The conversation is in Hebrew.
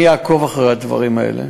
אני אעקוב אחרי הדברים האלה.